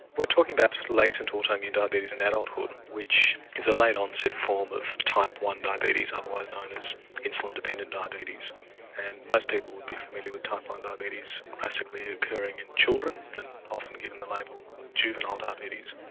we're talking about latent auto immune diabetes in adulthood which is a late onset form of type one diabetes otherwise known as insulin dependent diabetes and most people would be familiar with type one diabetes classically ah in children and often given the label of juvenile diabetes.